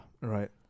right